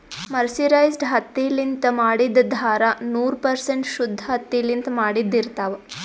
mercerized ಹತ್ತಿಲಿಂತ್ ಮಾಡಿದ್ದ್ ಧಾರಾ ನೂರ್ ಪರ್ಸೆಂಟ್ ಶುದ್ದ್ ಹತ್ತಿಲಿಂತ್ ಮಾಡಿದ್ದ್ ಇರ್ತಾವ್